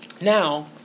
Now